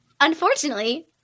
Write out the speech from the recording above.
unfortunately